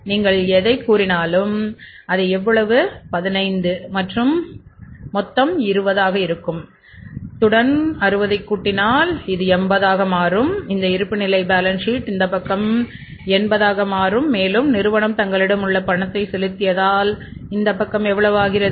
நீங்கள் எதைக் கூறினாலும் அதை எவ்வளவு 15 மற்றும் ஐந்து மொத்தம் 20 ஆக இருக்கும் அத்துடன் 60 கூட்டினால் இது 80 ஆக மாறும் இந்த இருப்புநிலை பேலன்ஸ் ஷீட் இந்தப்பக்கம் என்பதாக மாறும் மேலும் நிறுவனம் தங்களிடம் உள்ள பணத்தை செலுத்தியதால் இந்தப் பக்கம் எவ்வளவு ஆகிறது